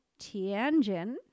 Tianjin